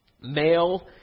male